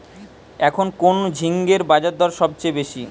এখন কোন ঝিঙ্গের বাজারদর সবথেকে বেশি?